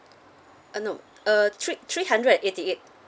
uh no uh three three hundred and eighty eight